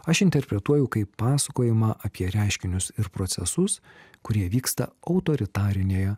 aš interpretuoju kaip pasakojimą apie reiškinius ir procesus kurie vyksta autoritarinėje